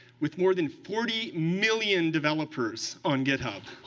with more than forty million developers on github.